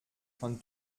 von